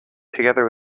together